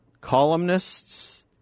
columnists